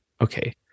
okay